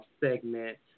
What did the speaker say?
segment